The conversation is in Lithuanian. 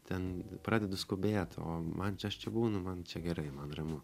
ten pradedu skubėt o man čia aš čia būnu man čia gerai man ramu